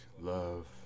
love